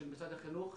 של משרד החינוך,